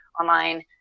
online